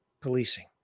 Policing